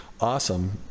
Awesome